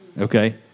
okay